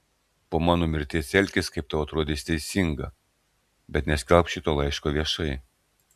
po mano mirties elkis kaip tau atrodys teisinga bet neskelbk šito laiško viešai